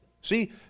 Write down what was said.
See